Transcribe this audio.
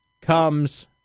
comes